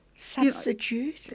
Substitute